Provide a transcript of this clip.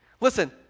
Listen